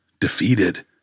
defeated